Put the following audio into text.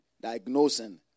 diagnosing